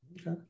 Okay